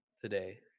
today